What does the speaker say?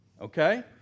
okay